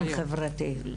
חברתיים.